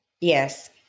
Yes